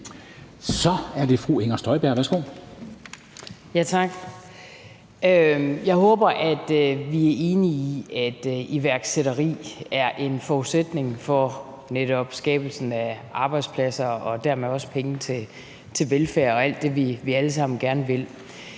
Kl. 09:44 Inger Støjberg (V): Tak. Jeg håber, at vi er enige om, at iværksætteri er en forudsætning for netop skabelsen af arbejdspladser og dermed også penge til velfærd og alt det, vi alle sammen gerne vil.